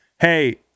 Hey